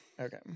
Okay